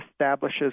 establishes